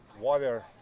water